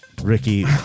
Ricky